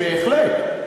יש בהחלט.